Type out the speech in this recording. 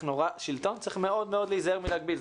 שלטון צריך מאוד מאוד להיזהר מלהגביל.